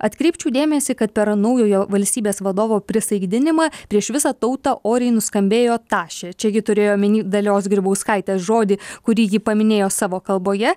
atkreipčiau dėmesį kad per naujojo valstybės vadovo prisaikdinimą prieš visą tautą oriai nuskambėjo tašė čia ji turėjo omeny dalios grybauskaitės žodį kurį ji paminėjo savo kalboje